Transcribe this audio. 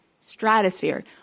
stratosphere